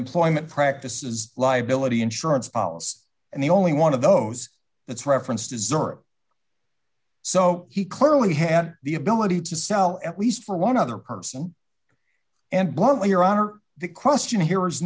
employment practices liability insurance and the only one of those that's referenced deserved so he clearly had the ability to sell at least for one other person and bluntly your honor the question here is